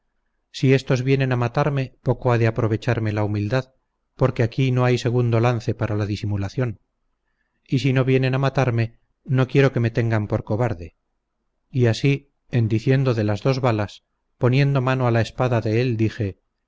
si estos vienen a matarme poco ha de aprovecharme la humildad porque aquí no hay segundo lance para la disimulación y si no vienen a matarme no quiero que me tengan por cobarde y así en diciendo de las dos balas poniendo mano a la espada de él dije